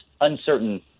uncertain